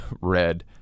red